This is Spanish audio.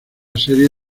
serie